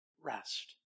rest